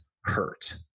hurt